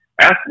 Ask